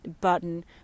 button